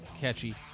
catchy